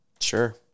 Sure